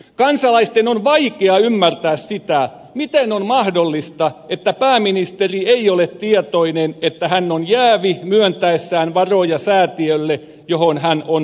kansalaisten on vaikea ymmärtää sitä miten on mahdollista että pääministeri ei ole tietoinen siitä että hän on jäävi myöntäessään varoja säätiölle johon hän on sidoksissa